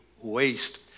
waste